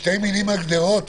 שתי מילים על גדרות בבקשה,